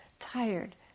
tired